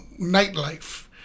Nightlife